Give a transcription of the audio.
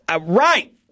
right